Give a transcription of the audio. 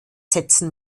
setzen